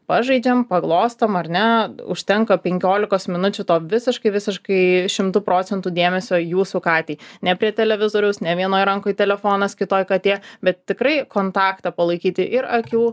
pažaidžiam paglostom ar ne užtenka penkiolikos minučių to visiškai visiškai šimtu procentų dėmesio jūsų katei ne prie televizoriaus ne vienoj rankoj telefonas kitoj katė bet tikrai kontaktą palaikyti ir akių